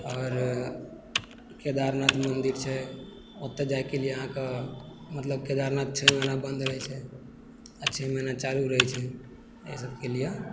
आओर केदारनाथ मन्दिर छै ओतय जाइके लिए अहाँके मतलब केदारनाथ छओ महीना बन्द रहै छै आओर छओ महीना चालू रहै छै अइ सबके लिए